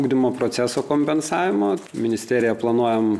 ugdymo proceso kompensavimo ministeriją planuojam